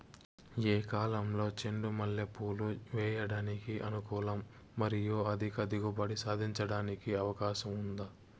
ఏ కాలంలో చెండు మల్లె పూలు వేయడానికి అనుకూలం మరియు అధిక దిగుబడి సాధించడానికి అవకాశం ఉంది?